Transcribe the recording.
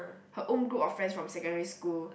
her own group of friends from secondary school